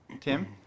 Tim